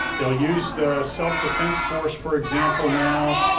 they'll use the self defense force, for example now,